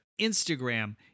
Instagram